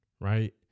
Right